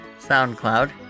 SoundCloud